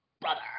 brother